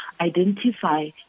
identify